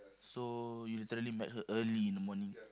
so you literally met her early in the morning